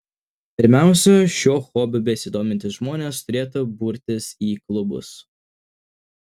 pirmiausia šiuo hobiu besidomintys žmonės turėtų burtis į klubus